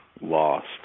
lost